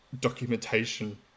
documentation